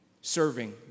serving